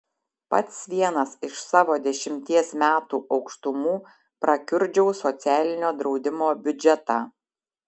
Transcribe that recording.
pats vienas iš savo dešimties metų aukštumų prakiurdžiau socialinio draudimo biudžetą